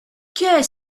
qu’est